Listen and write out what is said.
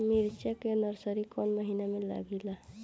मिरचा का नर्सरी कौने महीना में लागिला?